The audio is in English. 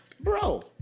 bro